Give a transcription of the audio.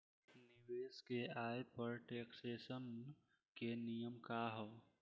निवेश के आय पर टेक्सेशन के नियम का ह?